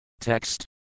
Text